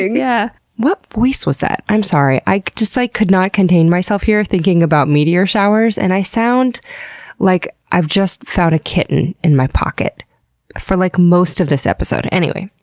yeah what voice was that? i'm sorry. i just like could not contain myself here, thinking about meteor showers, and i sound like i've just found a kitten in my pocket for like most of this episode. anyway,